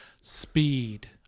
speed